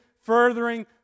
furthering